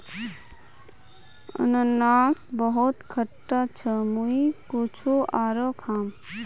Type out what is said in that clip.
अनन्नास बहुत खट्टा छ मुई कुछू आरोह खाम